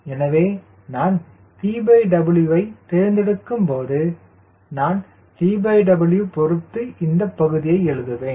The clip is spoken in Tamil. எனவே நான் TW ஐத் தேர்ந்தெடுக்கும்போது நான் TW பொருத்து இந்தப் பகுதியை எழுதுவேன்